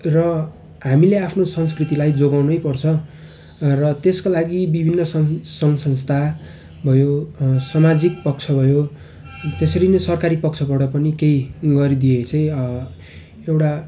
र हामीले आफ्नो संस्कृतिलाई जोगाउन पर्छ र त्यसको लागि विभिन्न सङ्घ संस्था भयो अँ सामाजिक पक्ष भयो त्यसरी नै सरकारी पक्षबाट पनि केही गरिदिए चाहिँ अँ एउटा